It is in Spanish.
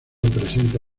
presenta